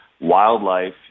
wildlife